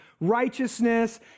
righteousness